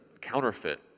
counterfeit